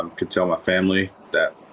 um can tell a family that.